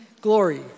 glory